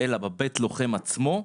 אלא בבית הלוחם עצמו.